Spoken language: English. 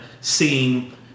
seeing